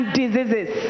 diseases